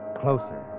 Closer